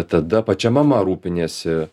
tada pačia mama rūpiniesi